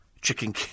Chicken